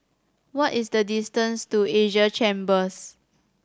what is the distance to Asia Chambers